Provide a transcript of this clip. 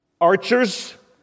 archers